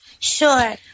Sure